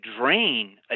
drain